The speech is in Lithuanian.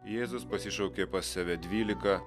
jėzus pasišaukė pas save dvylika